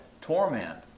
torment